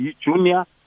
junior